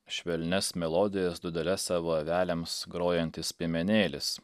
švelnias melodijas dūdele savo avelėms grojantis piemenėlis